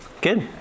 Good